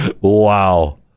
Wow